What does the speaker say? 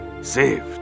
saved